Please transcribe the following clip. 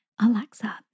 Alexa